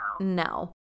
no